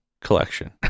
collection